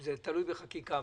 זה תלוי בחקיקה.